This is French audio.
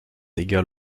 égal